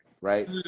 right